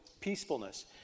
peacefulness